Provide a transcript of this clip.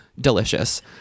delicious